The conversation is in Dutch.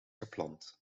gepland